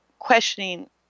questioning